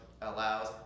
allows